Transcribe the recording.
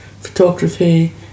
photography